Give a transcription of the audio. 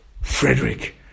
Frederick